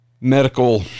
medical